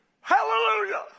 Hallelujah